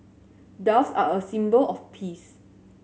doves are a symbol of peace